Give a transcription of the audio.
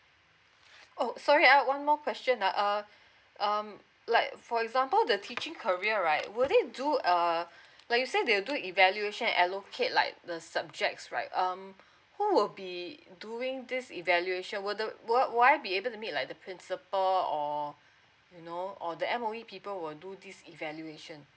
oh sorry I have one more question um um like for example the teaching career right would they do uh like you say they'll do evaluation allocate like the subjects right um who will be doing this evaluation whether will why be able to meet like the principal or you know or the M_O_E people will do this evaluation